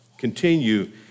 Continue